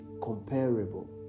comparable